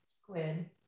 Squid